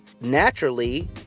naturally